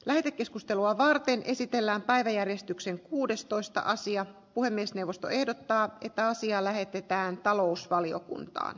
lähetekeskustelua varten esitellään päiväjärjestykseen kuudestoista asia puhemiesneuvosto ehdottaa että asia lähetetään talousvaliokuntaan